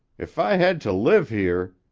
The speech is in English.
if i hed to live here